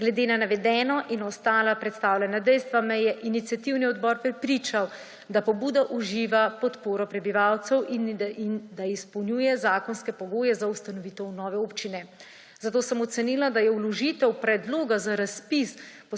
Glede na navedeno in ostala predstavljena dejstva me je iniciativni odbor prepričal, da pobuda uživa podporo prebivalcev in da izpolnjuje zakonske pogoje za ustanovitev nove občine. Zato sem ocenila, da je vložitev predloga za razpis